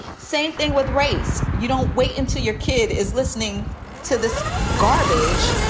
same thing with race. you don't wait until your kid is listening to this garbage.